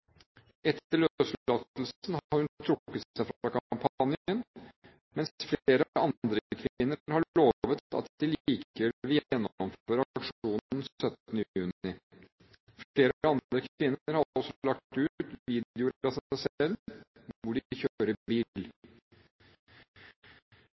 Etter løslatelsen har hun trukket seg fra kampanjen, mens flere andre kvinner har lovet at de likevel vil gjennomføre aksjonen 17. juni. Flere andre kvinner har også lagt ut